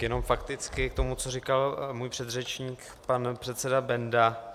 Jenom fakticky k tomu, co říkal můj předřečník, pan předseda Benda.